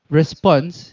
Response